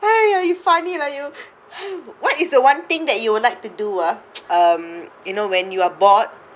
!aiya! you funny lah you what is the one thing that you would like to do ah um you know when you are bored